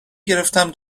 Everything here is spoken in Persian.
گرفتم